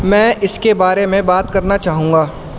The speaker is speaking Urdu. میں اس کے بارے میں بات کرنا چاہوں گا